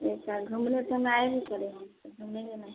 ठीक है घूमने तो पड़ेगा तो घूमेंगे नहीं